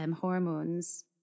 hormones